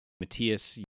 Matthias